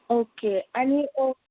okay आनी